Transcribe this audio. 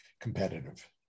competitive